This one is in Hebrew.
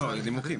לא, לא, נימוקים.